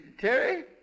Terry